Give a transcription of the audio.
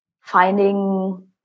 finding